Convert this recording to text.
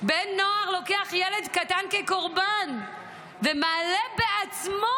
בן נוער לוקח ילד קטן כקורבן ומעלה בעצמו,